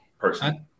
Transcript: personally